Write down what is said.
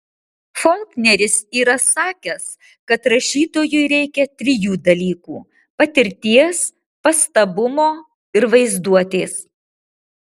folkneris yra sakęs kad rašytojui reikia trijų dalykų patirties pastabumo ir vaizduotės